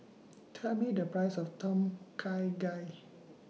Tell Me The Price of Tom Kha Gai